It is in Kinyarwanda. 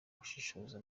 gushishoza